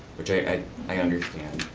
which i and i understand.